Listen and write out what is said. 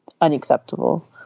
Unacceptable